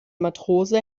matrose